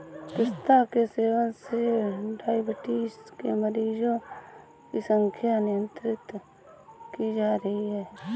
पिस्ता के सेवन से डाइबिटीज के मरीजों की संख्या नियंत्रित की जा रही है